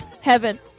Heaven